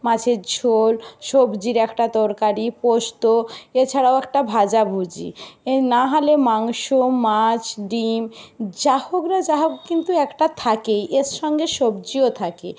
মাছের ঝোল সবজির একটা তরকারি পোস্ত এছাড়াও একটা ভাজাভুজি এ না হলে মাংস মাছ ডিম যা হোক না যা হোক কিন্তু একটা থাকেই এর সঙ্গে সবজিও থাকে